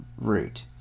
root